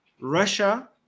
Russia